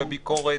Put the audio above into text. בביקורת,